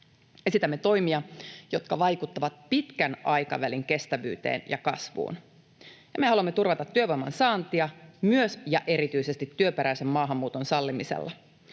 Esitämme toimia, jotka vaikuttavat pitkän aikavälin kestävyyteen ja kasvuun, ja me haluamme turvata työvoiman saantia myös ja erityisesti työperäisen maahanmuuton sallimisella.